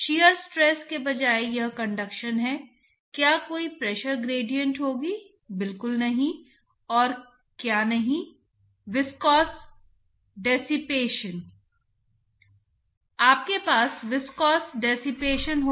मेरे पास एक सीमा परत है और तरल पदार्थ है जो वस्तु के ऊपर से बह रहा है